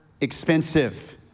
expensive